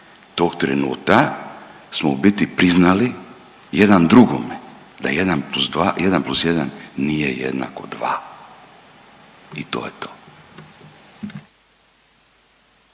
tog trenutka smo u biti priznali jedan drugome da jedan plus dva, jedan plus jedan nije jednako dva. I to je to.